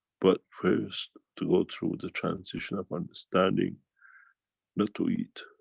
but first to go through the transition of understanding not to eat,